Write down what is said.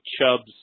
chubs